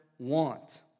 want